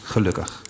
Gelukkig